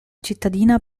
cittadina